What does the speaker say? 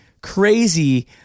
crazy